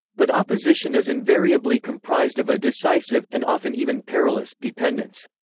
but opposition is invariably comprised of a decisive, and often even perilous, dependence.